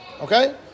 okay